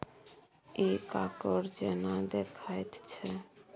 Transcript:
इ कॉकोड़ जेना देखाइत छै